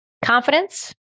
Confidence